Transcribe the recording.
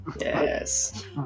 Yes